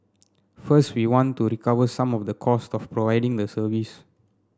first we want to recover some of the cost of providing the service